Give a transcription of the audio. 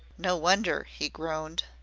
no wonder, he groaned.